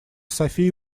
софия